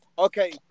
Okay